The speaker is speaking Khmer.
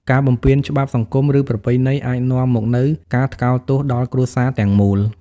ការបំពានច្បាប់សង្គម ឬប្រពៃណីអាចនាំមកនូវការថ្កោលទោសដល់គ្រួសារទាំងមូល។